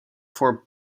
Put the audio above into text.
for